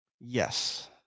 Yes